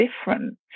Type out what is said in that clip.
different